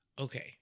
Okay